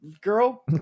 Girl